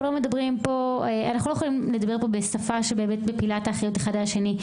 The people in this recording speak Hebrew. לא יכולים לדבר פה בשפה שמפילה את האחריות אחד על השני.